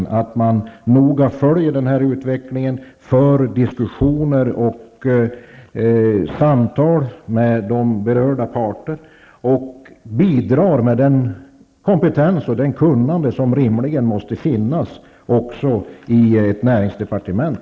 Man måste noga följa den utvecklingen, föra diskussioner och samtal med berörda parter och bidra med den kompetens och det kunnande som rimligen måste finnas också i ett näringsdepartement.